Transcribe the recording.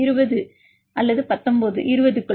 மாணவர் 20 19 20 க்குள்